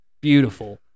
Beautiful